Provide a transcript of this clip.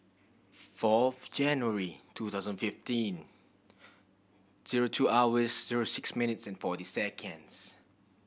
fourth January two thousand fifteen zero two hours zero six minutes and forty seconds